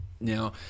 Now